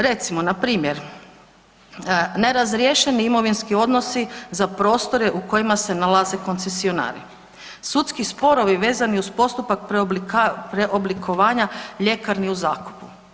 Recimo npr. nerazriješeni imovinski odnosi za prostore u kojima se nalaze koncesionari, sudski sporovi vezani uz postupak preoblikovanja ljekarni u zakupu.